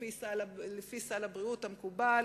לפי סל הבריאות המקובל,